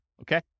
Okay